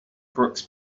brooks